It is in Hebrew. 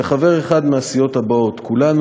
וחבר אחד מהסיעות האלה: כולנו,